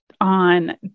on